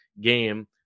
game